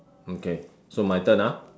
okay so my turn ah